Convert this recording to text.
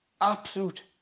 absolute